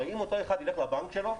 הרי אם אותו אחד ילך לבנק שלו,